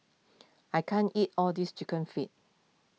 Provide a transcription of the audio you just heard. I can't eat all this Chicken Feet